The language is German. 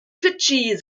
fidschi